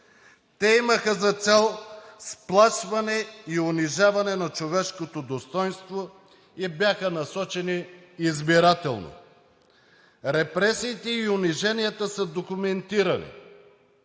Те имаха за цел сплашване и унижаване на човешкото достойнство и бяха насочени избирателно. Репресиите и униженията са документирани.